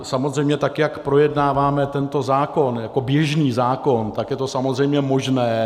Samozřejmě tak jak projednáváme tento zákon jako běžný zákon, tak je to samozřejmě možné.